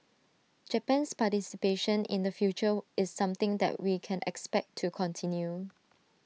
Japan's participation in the future is something that we can expect to continue